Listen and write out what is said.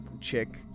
chick